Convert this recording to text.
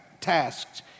tasks